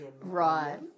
Right